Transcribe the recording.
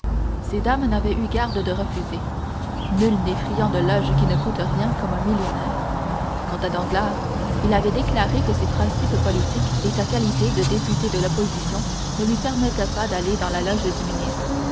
ces dames n'avaient eu garde de refuser nul n'est friand de loges qui ne coûtent rien comme un millionnaire quant à danglars il avait déclaré que ses principes politiques et sa qualité de député de l'opposition ne lui permettaient pas d'aller dans la loge du ministre